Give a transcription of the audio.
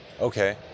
Okay